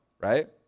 right